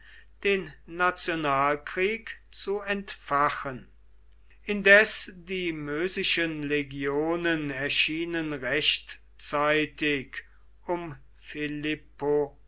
den nationalkrieg zu entfachen indes die mösischen legionen erschienen rechtzeitig um